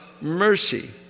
mercy